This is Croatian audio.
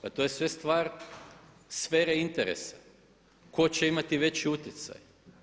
Pa to je sve stvar sfere interesa tko će imati veći utjecaj.